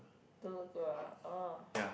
don't look good ah uh